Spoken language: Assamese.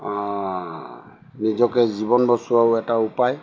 নিজকে জীৱন বচোৱাও এটা উপায়